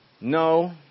No